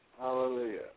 Hallelujah